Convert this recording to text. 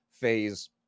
phase